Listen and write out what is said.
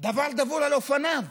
דבר דבור על אופניו,